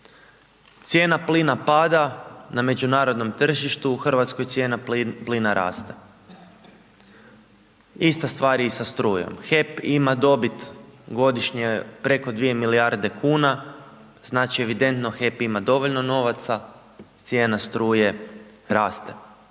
Cijena plina pada na međunarodnom tržištu u Hrvatskoj cijena plina raste. Ista stvar je i sa strujom, HEP ima dobit godišnje preko 2 milijarde kuna, znači evidentno HEP ima dovoljno novaca, cijena struje raste.